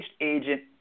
agent